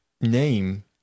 name